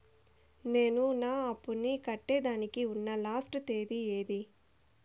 నేను నా అప్పుని కట్టేదానికి ఉన్న లాస్ట్ తేది ఏమి?